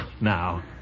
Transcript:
Now